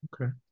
Okay